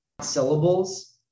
syllables